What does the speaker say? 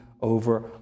over